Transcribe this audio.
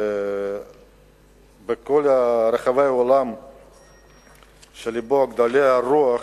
ובכל רחבי העולם שילבו גדולי הרוח,